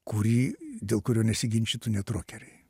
kurį dėl kurio nesiginčytų net rokeriai